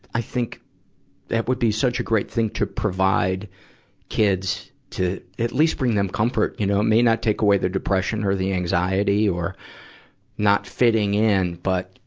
i think that would be such a great thing to provide kids to, at least bring them comfort. you know, it may not take away the depression or the anxiety or not fitting in. but,